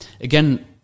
again